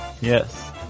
Yes